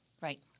Right